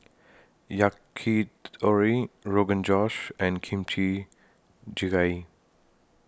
Yakitori Rogan Josh and Kimchi Jjigae